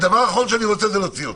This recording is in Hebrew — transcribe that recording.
הדבר האחרון שאני רוצה זה להוציא אותך.